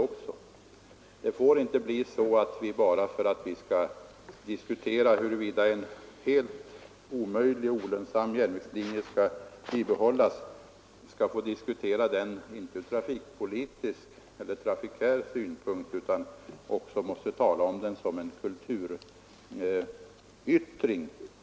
När vi diskuterar huruvida en helt omöjlig och olönsam järnvägslinje skall bibehållas, får det inte bli så att vi förutom de rena trafiksynpunkterna också måste tala om järnvägen som en kulturyttring.